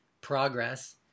progress